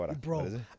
Bro